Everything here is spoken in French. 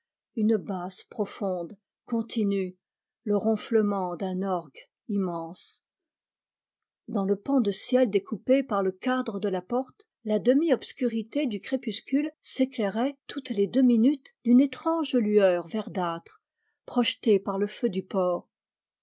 une basse profonde continue le ronflement d'un orgue immense dans le pan de ciel découpé par le cadre de la porte la demi-obscurité du crépuscule s'éclairait toutes les deux minutes d'une étrange lueur verdâtre projetée par le feu du port